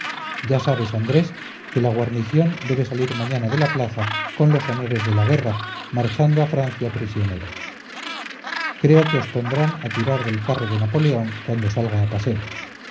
ya sabes andrés que la guarnición debe salir mañana de la plaza con los honores de la guerra marchando a francia prisionera creo que os pondrán a tirar del carro de napoleón cuando salga a paseo